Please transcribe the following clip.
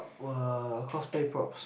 were cosplay props